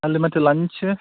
ಅಲ್ಲಿ ಮತ್ತೆ ಲಂಚ್